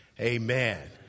Amen